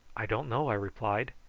i don't know, i replied,